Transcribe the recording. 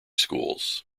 schools